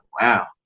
wow